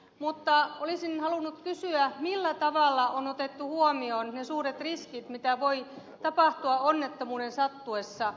mutta olisin halunnut kysyä millä tavalla on otettu huomioon ne suuret riskit mitä voi tapahtua onnettomuuden sattuessa